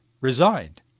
resigned